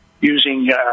using